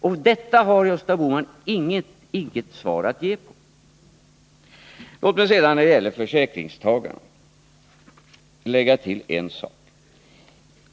Om detta har Gösta Bohman inget svar att ge. Låt mig sedan när det gäller försäkringstagarna lägga till en sak.